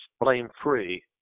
blame-free